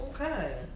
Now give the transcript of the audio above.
okay